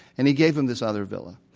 and he gave him this other villa.